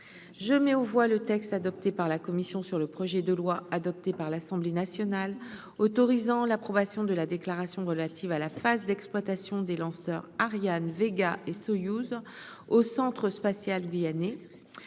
je mets aux voix le texte adopté par la commission sur le projet de loi adopté par l'Assemblée nationale, autorisant l'approbation de la déclaration relative à la phase d'exploitation des lanceurs Ariane Vega et Soyouz au Centre spatial guyanais,